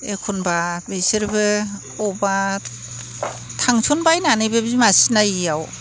एखनबा बिसोरबो बबेबा थांसनबायनानैबो बिमा सिनायिआव